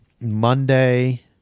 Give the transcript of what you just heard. Monday